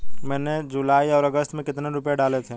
मैंने जुलाई और अगस्त में कितने रुपये डाले थे?